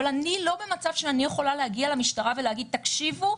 אבל אני לא במצב שאני יכולה להגיע למשטרה ולהגיד: תקשיבו,